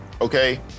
okay